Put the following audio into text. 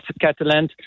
Catalan